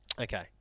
okay